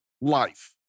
life